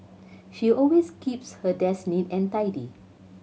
she always keeps her desk neat and tidy